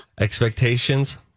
expectations